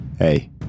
Hey